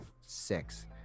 six